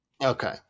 Okay